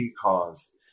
cause